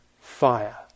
fire